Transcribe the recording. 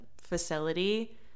facility